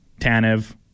Tanev